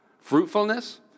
Fruitfulness